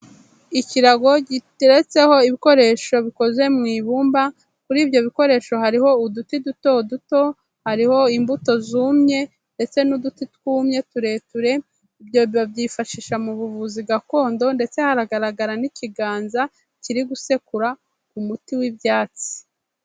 Ikirago giteretseho ibikoresho bikoze mu ibumba, kuri ibyo bikoresho hariho uduti dutoduto, hariho imbuto zumye ndetse n'uduti twumye tureture, ibyo babyifashisha mu buvuzi gakondo ndetse haragaragara n'ikiganza kiri gusekura ku umuti w'ibyatsi.